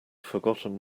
forgotten